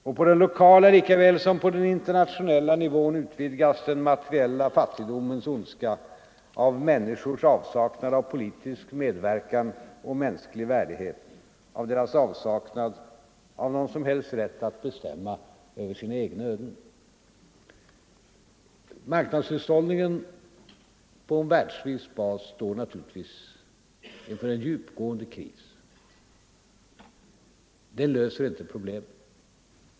Och på den lokala lika väl som den internationella nivån läggs den materiella fattigdomens ondska till människornas avsaknad av politisk medverkan och mänsklig värdighet, av deras avsaknad av någon som helst makt att bestämma sina egna öden.” Marknadshushållningen på världsvis bas står naturligtvis inför en djupgående kris. Den löser inte problemet.